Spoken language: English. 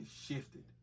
shifted